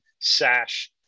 SASH